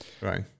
right